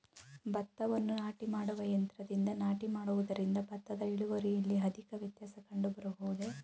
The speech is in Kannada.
ಭತ್ತವನ್ನು ನಾಟಿ ಮಾಡುವ ಯಂತ್ರದಿಂದ ನಾಟಿ ಮಾಡುವುದರಿಂದ ಭತ್ತದ ಇಳುವರಿಯಲ್ಲಿ ಅಧಿಕ ವ್ಯತ್ಯಾಸ ಕಂಡುಬರುವುದೇ?